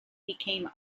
became